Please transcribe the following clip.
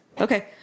Okay